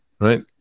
right